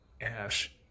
Ash